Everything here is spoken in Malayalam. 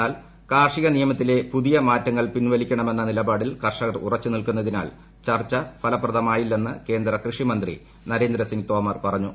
എന്നാൽ കാർഷിക നിയമത്തിലെ പുതിയ മാറ്റങ്ങൾ പിൻവലിക്കണമെന്ന നിലപാടിൽ നിൽക്കുന്നതിനാൽ ചർച്ച ഫലപ്രദമായില്ല്പ്പെന്ന് കേന്ദ്ര കൃഷിമന്ത്രി നരേന്ദ്രസിംഗ് തോമർ പറഞ്ഞു